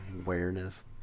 Awareness